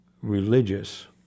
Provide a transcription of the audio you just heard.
religious